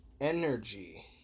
energy